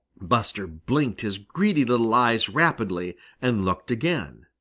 buster blinked his greedy little eyes rapidly and looked again.